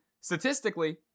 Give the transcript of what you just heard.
statistically